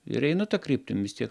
ir einu ta kryptim vis tiek